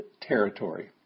territory